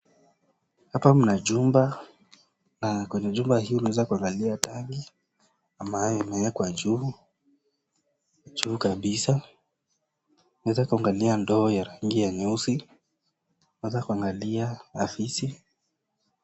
Hapa mna jumba na kwenye jumba hii unaeza kuangalia tangi ambayo imeekwa juu kabisa. Unaeza kuangalia ndoo ya rangi ya nyeusi. Unaeza kuangalia afisi.